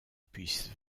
puisse